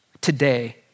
today